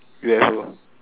U_F_O